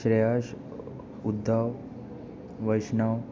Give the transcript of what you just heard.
Shreyas Uddhav Vaishnav